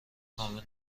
کامل